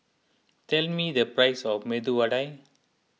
tell me the price of Medu Vada